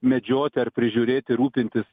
medžioti ar prižiūrėti rūpintis